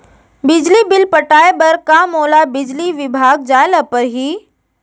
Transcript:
बिजली बिल पटाय बर का मोला बिजली विभाग जाय ल परही?